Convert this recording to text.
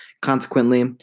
Consequently